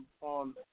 on